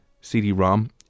CD-ROM